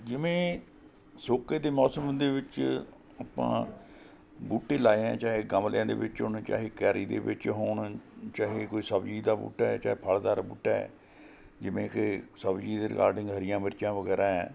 ਜਿਵੇਂ ਸੋਕੇ ਦੇ ਮੌਸਮ ਦੇ ਵਿੱਚ ਆਪਾਂ ਬੂਟੇ ਲਾਏ ਆ ਚਾਹੇ ਗਮਲਿਆਂ ਦੇ ਵਿੱਚ ਹੋਣੇ ਚਾਹੇ ਕਿਆਰੀ ਦੇ ਵਿੱਚ ਹੋਣ ਚਾਹੇ ਕੋਈ ਸਬਜ਼ੀ ਦਾ ਬੂਟਾ ਹੈ ਚਾਹੇ ਫਲਦਾਰ ਬੂਟਾ ਹੈ ਜਿਵੇਂ ਕਿ ਸਬਜ਼ੀ ਦੇ ਰਿਗਾਰਡਿੰਗ ਹਰੀਆਂ ਮਿਰਚਾਂ ਵਗੈਰਾ ਹੈ